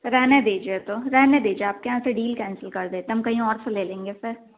रएने दीजिए तो रएने दीजिए आपके यहाँ से डील कैंसिल कर देते हैं हम कहीं और से ले लेंगे फिर